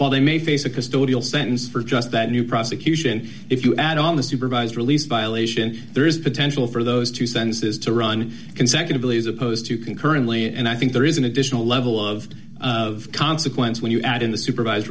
while they may face a custodial sentence for just that new prosecution if you add on a supervised release violation there is a potential for those two sentences to run consecutively as opposed to concurrently and i think there is an additional level of of consequence when you add in the supervise